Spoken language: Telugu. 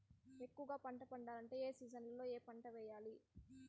ఎక్కువగా పంట పండాలంటే ఏ సీజన్లలో ఏ పంట వేయాలి